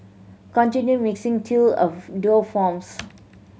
continue mixing till a dough forms